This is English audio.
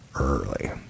early